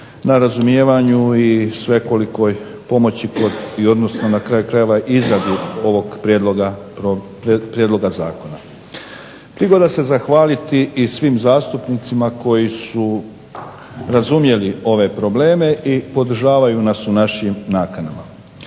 na razumijevanju i svekolikoj pomoći kod i odnosno na kraju krajeva ovog Prijedloga zakona. Prigoda se zahvaliti svim zastupnicima koji su razumjeli ove probleme i razumiju nas u našim nakanama.